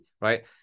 right